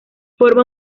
forma